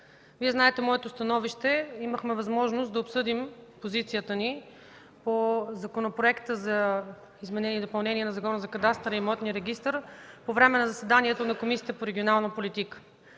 Вие знаете моето становище. Имахме възможност да обсъдим позицията ни по Законопроекта за изменение и допълнение на Закона за кадастъра и имотния регистър по време на заседание на Комисията по регионална политика.